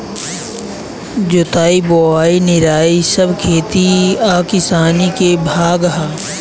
जोताई बोआई निराई सब खेती आ किसानी के भाग हा